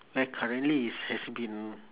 well currently it has been